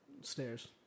Stairs